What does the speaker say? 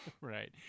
right